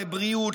לבריאות,